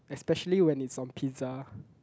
especially when it's on pizza